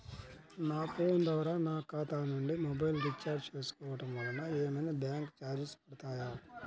నా ఫోన్ ద్వారా నా ఖాతా నుండి మొబైల్ రీఛార్జ్ చేసుకోవటం వలన ఏమైనా బ్యాంకు చార్జెస్ పడతాయా?